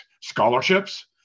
scholarships